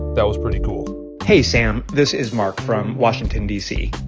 that was pretty cool hey, sam. this is mark from washington, d c.